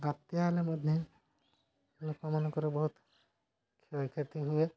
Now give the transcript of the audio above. ବାତ୍ୟା ହେଲେ ମଧ୍ୟ ଲୋକମାନଙ୍କର ବହୁତ କ୍ଷୟକ୍ଷତି ହୁଏ